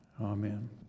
Amen